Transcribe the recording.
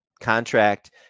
contract